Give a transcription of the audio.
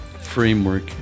framework